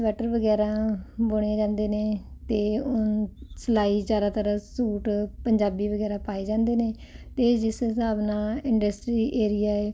sweater ਵਗੈਰਾ ਬੁਣੇ ਜਾਂਦੇ ਨੇ ਅਤੇ ਸਿਲਾਈ ਜ਼ਿਆਦਾਤਰ ਸੂਟ ਪੰਜਾਬੀ ਵਗੈਰਾ ਪਾਏ ਜਾਂਦੇ ਨੇ ਅਤੇ ਜਿਸ ਹਿਸਾਬ ਨਾਲ ਇੰਡਸਟਰੀ ਏਰੀਆ ਹੈ